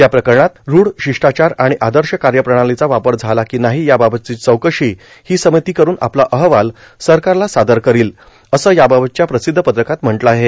या प्रकरणात रूढ शिष्टाचार आर्आण आदश कायप्रणालोंचा वापर झाला को नाहो याबाबतची चौकशी हो र्सामती करून आपला अहवाल सरकारला सादर करोल असं याबाबतच्या प्रासद्धी पत्रकात म्हटलं आहे